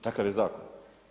Takav je zakon.